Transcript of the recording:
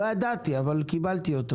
לא ידעתי אבל קיבלתי אותו.